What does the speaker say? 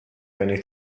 many